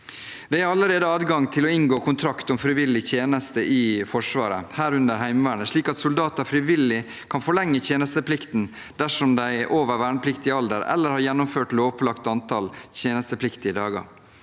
at det allerede er adgang til å inngå kontrakt om frivillig tjeneste i Forsvaret, herunder Heimevernet, slik at soldater frivillig kan forlenge tjenesteplikten når de er over vernepliktig alder eller har gjennomført lovpålagt antall tjenestepliktige dager.